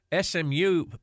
SMU